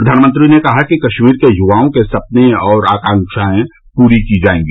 प्रधानमंत्री ने कहा कि कश्मीर के युवाओं के सपने और आकांक्षाए पूरी की जायेंगी